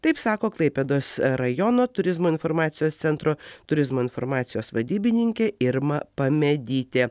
taip sako klaipėdos rajono turizmo informacijos centro turizmo informacijos vadybininkė irma pamedytė